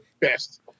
best